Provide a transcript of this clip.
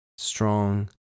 strong